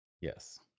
Yes